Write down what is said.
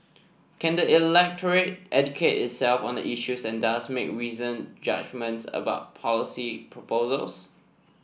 can the electorate educate itself on the issues and thus make reasoned judgements about policy proposals